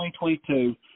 2022